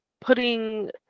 putting